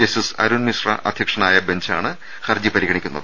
justice Arun Mishra അധ്യക്ഷനായ ബെഞ്ചാണ് ഹർജി പരിഗണിക്കുന്നത്